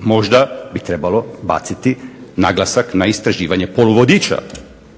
možda bi trebalo baciti naglasak na istraživanje poluvodiča.